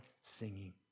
singing